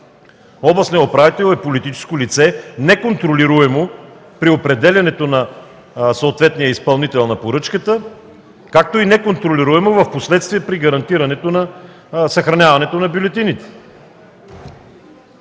Областният управител е политическо лице, неконтролируемо при определянето на съответния изпълнител на поръчката, както и неконтролируемо впоследствие при гарантирането на съхраняването на бюлетините!